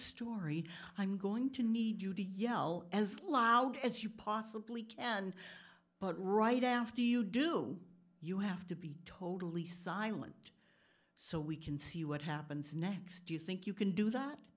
story i'm going to need you to yell as loud as you possibly can but right after you do you have to be totally silent so we can see what happens next do you think you can do that